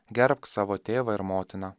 gerbk savo tėvą ir motiną